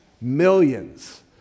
millions